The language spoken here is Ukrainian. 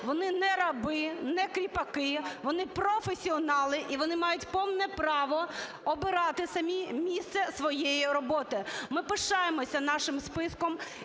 вони не раби, не кріпаки, вони професіонали, і вони мають повне право обирати самі місце своєї роботи. Ми пишаємося нашим списком